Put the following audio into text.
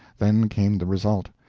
then came the result,